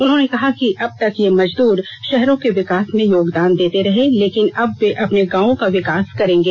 उन्होंने कहा कि अब तक ये मजदूर शहरों के विकास में योगदान देते रहे लेकिन अब वे अपने गांवों का विकास करेंगे